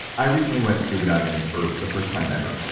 i recently went scuba diving for the first time ever.